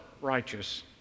righteous